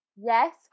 Yes